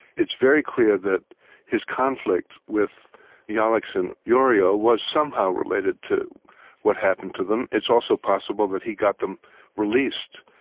it's very clear that his conflict with jalics and yorio was somehow related to what happened to them. it's also possible that he got them released.